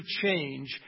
change